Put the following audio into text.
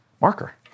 marker